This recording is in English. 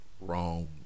wrong